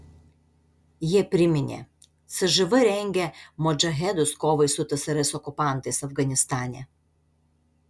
jie priminė cžv rengė modžahedus kovai su tsrs okupantais afganistane